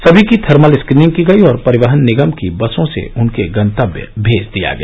सभी की thermal screening की गयी और परिवहन निगम की बसों से उनके गंतव्य भेज दिया गया